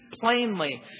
plainly